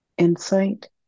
insight